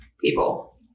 people